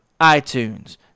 iTunes